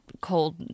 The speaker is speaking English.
cold